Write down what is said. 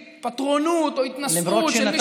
לאיזושהי פטרונות או התנשאות של מי שעלה כמה שנים קודם.